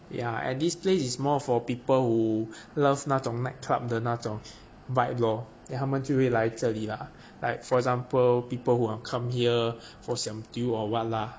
ya at this place is more for people who loves 那种 nightclub 的那种 vibe lor then 他们就会来这里 lah like for example people ah who come here for siam diu or what lah